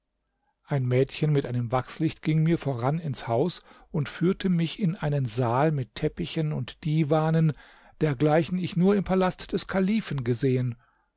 ein mädchen mit einem wachslicht ging mir voran ins haus und führte mich in einen saal mit teppichen und divanen dergleichen ich nur im palast des kalifen gesehen